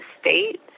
state